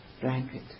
blanket